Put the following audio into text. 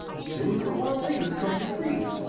sooner or later come to grief.